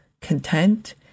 content